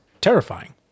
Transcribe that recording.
terrifying